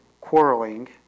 quarreling